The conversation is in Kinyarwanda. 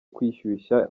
kwishyushya